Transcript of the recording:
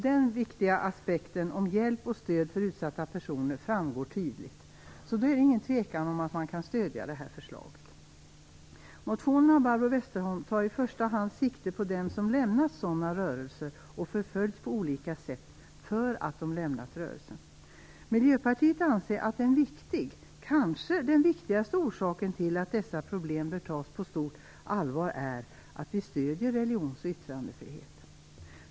Denna viktiga aspekt om hjälp och stöd för utsatta personer framgår tydligt. Det är alltså ingen tvekan om att man kan stödja detta förslag. Motionen av Barbro Westerholm tar i första hand sikte på den som lämnat sådana här rörelser, och på grund av detta förföljs på olika sätt. Miljöpartiet anser att en viktig orsak, kanske den viktigaste, till att dessa problem bör tas på stort allvar är att vi stöder religions och yttrandefrihet.